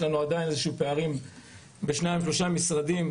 יש לנו עדיין פערים בשניים שלושה משרדים,